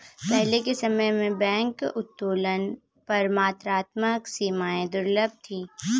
पहले के समय में बैंक उत्तोलन पर मात्रात्मक सीमाएं दुर्लभ थीं